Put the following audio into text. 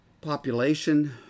Population